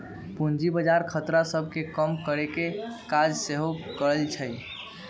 पूजी बजार खतरा सभ के कम करेकेँ काज सेहो करइ छइ